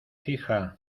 hija